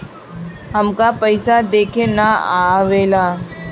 हमका पइसा देखे ना आवेला?